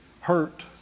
hurt